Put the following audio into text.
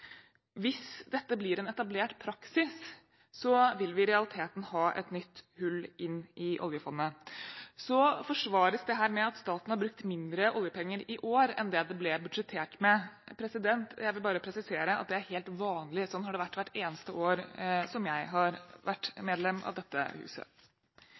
Hvis dette blir en etablert praksis, vil vi i realiteten ha et nytt hull inn i oljefondet. Så forsvares dette med at staten har brukt mindre oljepenger i år enn det det ble budsjettert med. Jeg vil bare presisere at det er helt vanlig – sånn har det vært hvert eneste år som jeg har vært medlem av dette huset.